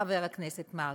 חבר הכנסת מרגי,